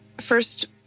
first